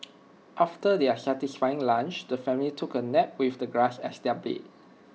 after their satisfying lunch the family took A nap with the grass as their bed